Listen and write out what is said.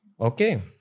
Okay